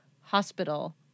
hospital